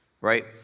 right